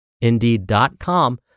indeed.com